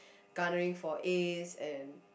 garnering for As and